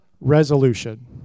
resolution